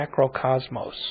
macrocosmos